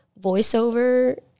voiceover